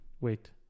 wait